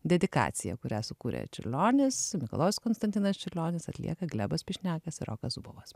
dedikacija kurią sukurė čiurlionis mikalojus konstantinas čiurlionis atlieka glebas pišnekas ir rokas zubovas